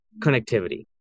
connectivity